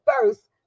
first